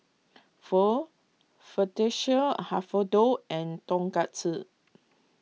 Pho Fettuccine Alfredo and Tonkatsu